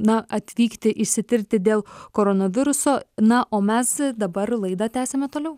na atvykti išsitirti dėl koronaviruso na o mes dabar laida tęsiame toliau